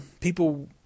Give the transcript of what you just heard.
people